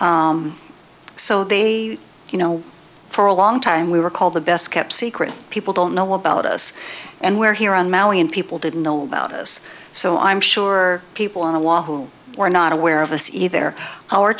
else so they you know for a long time we were called the best kept secret people don't know about us and we're here on maui and people didn't know about us so i'm sure people on the wall who were not aware of a sea ther